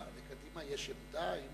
לקדימה יש עמדה אם